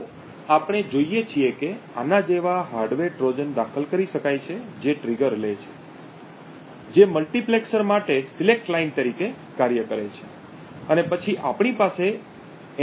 તો આપણે જોઈએ છીએ કે આના જેવા હાર્ડવેર ટ્રોજન દાખલ કરી શકાય છે જે ટ્રિગર લે છે જે મલ્ટિપ્લેક્સર માટે સિલેક્ટ લાઈન તરીકે કાર્ય કરે છે અને પછી આપણી પાસે MUX છે